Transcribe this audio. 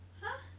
!huh!